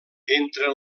entre